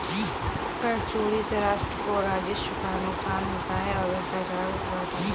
कर चोरी से राष्ट्र को राजस्व का नुकसान होता है और भ्रष्टाचार बढ़ता है